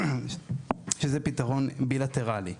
שזה פתרון בי-לטראלי.